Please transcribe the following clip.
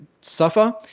suffer